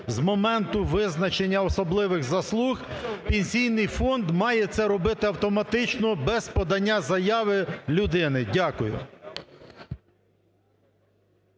з моменту визначення особливих заслуг Пенсійний фонд має це робити автоматично, без подання заяви людини. Дякую.